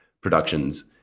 productions